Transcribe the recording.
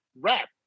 wrap